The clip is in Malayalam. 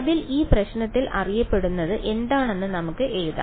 അതിനാൽ ഈ പ്രശ്നത്തിൽ അറിയപ്പെടുന്നത് എന്താണെന്ന് നമുക്ക് എഴുതാം